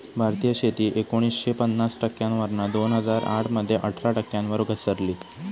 भारतीय शेती एकोणीसशे पन्नास टक्क्यांवरना दोन हजार आठ मध्ये अठरा टक्क्यांवर घसरली